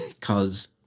cause